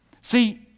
See